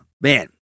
man